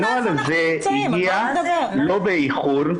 הנוהל הזה הגיע לא באיחור,